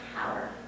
power